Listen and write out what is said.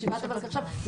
ישיבת הוולקחש"פ,